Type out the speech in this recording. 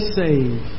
save